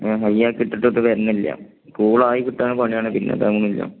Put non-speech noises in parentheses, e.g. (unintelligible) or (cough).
high ആയിട്ട് ഇട്ടിട്ട് ഒട്ടും വരുന്നില്ല കൂൾ ആയി കിട്ടാൻ (unintelligible) അത് ആകുന്നില്ല